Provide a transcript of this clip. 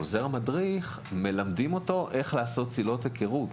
את עוזר המדריך מלמדים איך לעשות צלילות היכרות,